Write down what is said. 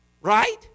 Right